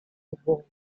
war